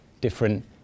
different